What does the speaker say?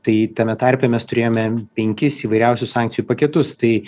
tai tame tarpe mes turėjome penkis įvairiausių sankcijų paketus tai